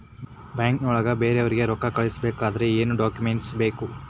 ಬ್ಯಾಂಕ್ನೊಳಗ ಬೇರೆಯವರಿಗೆ ರೊಕ್ಕ ಕಳಿಸಬೇಕಾದರೆ ಏನೇನ್ ಡಾಕುಮೆಂಟ್ಸ್ ಬೇಕು?